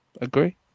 agree